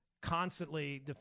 constantly